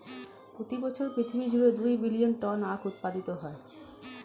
প্রতি বছর পৃথিবী জুড়ে দুই বিলিয়ন টন আখ উৎপাদিত হয়